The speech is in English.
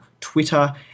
Twitter